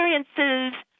experiences